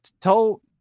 Tell